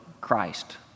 Christ